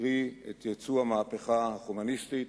קרי את ייצוא המהפכה החומייניסטית,